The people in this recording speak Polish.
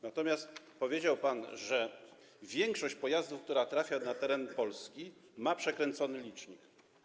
Natomiast powiedział pan, że większość pojazdów, które trafiają do Polski, ma przekręcony licznik.